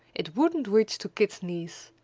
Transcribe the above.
it wouldn't reach to kit's knees.